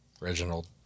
Reginald